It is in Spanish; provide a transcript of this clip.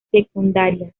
secundarias